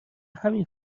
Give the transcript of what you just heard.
همین